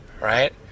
right